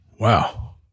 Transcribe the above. Wow